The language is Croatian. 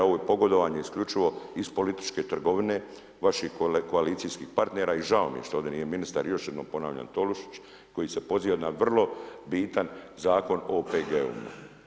Ovo je pogodovanje isključivo iz političke trgovine vaših koalicijskih partnera i žao mi je što ovdje nije ministar i još jednom ponavljam Tolušić koji se poziva na vrlo bitan Zakon o OPG-ovima.